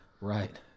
Right